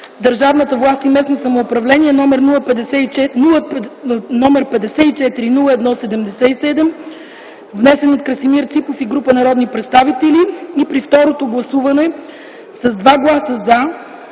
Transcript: държавната власт и местното самоуправление, № 54-01-77, внесен от Красимир Ципов и група народни представители и при второто гласуване: с 2 гласа „за”,